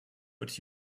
but